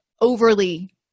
overly